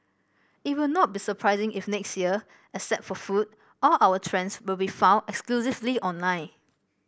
it will not be surprising if next year except for food all our trends will be found exclusively online